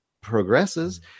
progresses